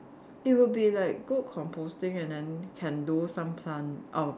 it will be like good composting and then can do some plant uh